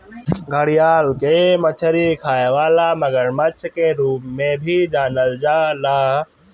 घड़ियाल के मछरी खाए वाला मगरमच्छ के रूप में भी जानल जाला